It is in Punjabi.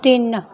ਤਿੰਨ